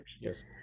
yes